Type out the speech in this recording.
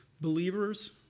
Believers